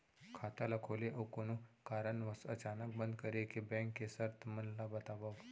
खाता ला खोले अऊ कोनो कारनवश अचानक बंद करे के, बैंक के शर्त मन ला बतावव